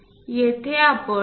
येथे आपण 2